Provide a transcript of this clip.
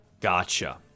Gotcha